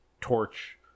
torch